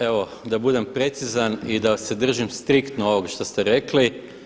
Evo da budem precizan i da se držim striktno ovog što ste rekli.